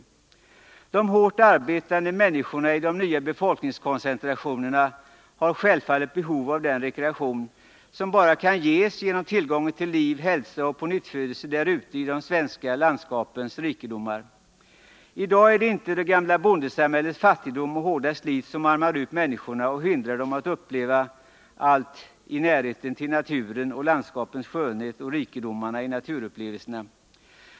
De hårt arbetande människorna i de nya befolkningskoncentrationerna har självfallet behov av den rekreation som kan ges bara genom tillgången till liv, hälsa och pånyttfödelse därute i de svenska landskapens rikedomar. I dag är det inte det gamla bondesamhällets fattigdom och hårda slit som utarmar människorna och hindrar dem att uppleva rikedomen i närheten till naturens och landskapens skönhet och rikedomarna i naturupplevelserna.